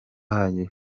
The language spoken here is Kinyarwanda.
ahagije